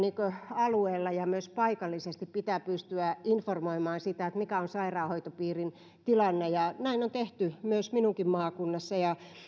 alueella ja myös paikallisesti pitää pystyä informoimaan mikä on sairaanhoitopiirin tilanne näin on tehty myös minunkin maakunnassani